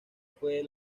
fue